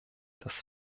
das